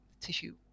tissue